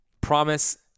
Promise